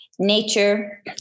Nature